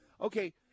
okay